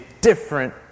different